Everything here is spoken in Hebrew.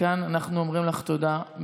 מכאן אנחנו אומרים לך תודה,